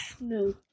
No